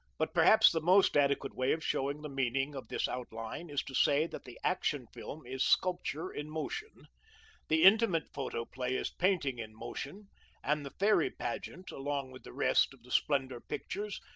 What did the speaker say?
but perhaps the most adequate way of showing the meaning of this outline is to say that the action film is sculpture-in-motion, the intimate photoplay is painting-in-motion, and the fairy pageant, along with the rest of the splendor pictures,